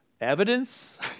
evidence